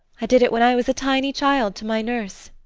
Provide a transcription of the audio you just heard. i did it when i was a tiny child to my nurse.